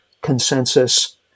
consensus